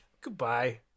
Goodbye